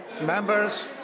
Members